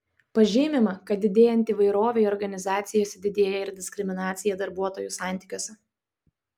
pažymima kad didėjant įvairovei organizacijose didėja ir diskriminacija darbuotojų santykiuose